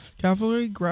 cavalry